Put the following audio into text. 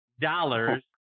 dollars